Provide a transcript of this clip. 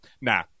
Nah